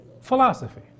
Philosophy